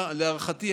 להערכתי,